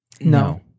No